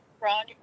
Ron